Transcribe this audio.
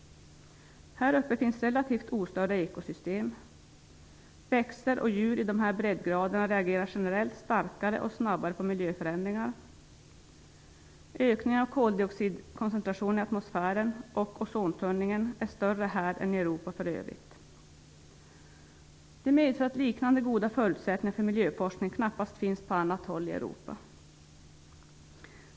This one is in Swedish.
Här uppe finns relativt ostörda ekosystem. Växter och djur på de här breddgraderna reagerar generellt starkare och snabbare på miljöförändringar. Ökningen av koldioxidkoncentrationen i atmosfären och ozonuttunningen är större här än i Europa för övrigt. Det medför att liknande goda förutsättningar för miljöforskning knappast finns på annat håll i Europa.